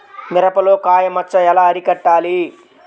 మిరపలో కాయ మచ్చ ఎలా అరికట్టాలి?